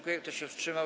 Kto się wstrzymał?